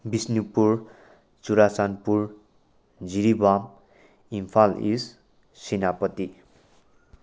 Bishnupur Churachandpur Jiribam Imphal east Senapati